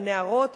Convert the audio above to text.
את הנערות,